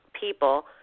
people